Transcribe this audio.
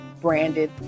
branded